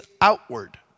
outward